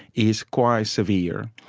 is quite severe.